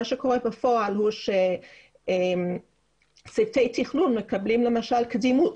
מה שקורה בפועל זה שצוותי תכנון מקבלים למשל קדימות.